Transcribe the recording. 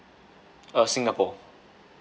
uh singapore